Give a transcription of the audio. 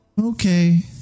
Okay